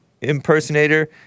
impersonator